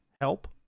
help